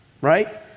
Right